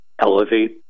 elevate